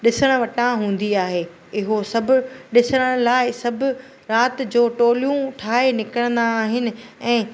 ॾिसण वटां हूंदी आहे इहो सभु ॾिसणु लाइ सभु राति जो टोलियूं ठाहे निकिरंदा आहिनि ऐं